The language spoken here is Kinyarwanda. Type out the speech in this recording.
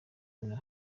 bihano